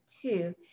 two